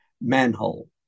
Manhole